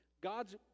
God's